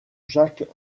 jacques